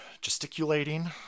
gesticulating